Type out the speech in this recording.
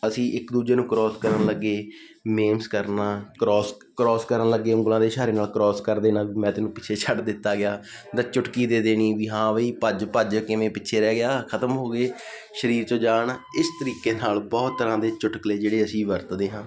ਅਸੀਂ ਇੱਕ ਦੂਜੇ ਨੂੰ ਕਰੋਸ ਕਰਨ ਲੱਗੇ ਮੇਮਸ ਕਰਨਾ ਕਰੋਸ ਕਰੋਸ ਕਰਨ ਲੱਗੇ ਉਂਗਲਾਂ ਦੇ ਇਸ਼ਾਰੇ ਨਾਲ ਕ੍ਰੋਸ ਕਰ ਦੇਣਾ ਮੈਂ ਤੈਨੂੰ ਪਿੱਛੇ ਛੱਡ ਦਿੱਤਾ ਗਿਆ ਜਾਂ ਚੁਟਕੀ ਦੇ ਦੇਣੀ ਵੀ ਹਾਂ ਬਈ ਭੱਜ ਭੱਜ ਕਿਵੇਂ ਪਿੱਛੇ ਰਹਿ ਗਿਆ ਖਤਮ ਹੋ ਗਈ ਸਰੀਰ 'ਚੋਂ ਜਾਨ ਇਸ ਤਰੀਕੇ ਨਾਲ ਬਹੁਤ ਤਰ੍ਹਾਂ ਦੇ ਚੁਟਕਲੇ ਜਿਹੜੇ ਅਸੀਂ ਵਰਤਦੇ ਹਾਂ